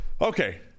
okay